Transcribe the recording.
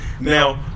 Now